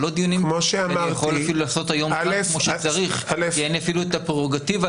לא דיונים שאני יכול לעשות כמו שצריך כי אין אפילו את הפרורוגטיבה